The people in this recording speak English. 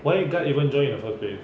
why guard even join in the first place